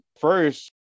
First